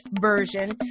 version